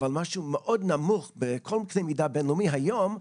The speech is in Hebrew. אבל משהו מאוד נמוך בכל קנה מידה בין-לאומי היום,